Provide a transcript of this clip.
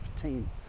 team